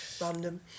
random